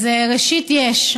ראשית, יש.